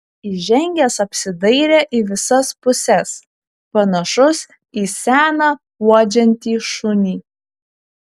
įžengęs apsidairė į visas puses panašus į seną uodžiantį šunį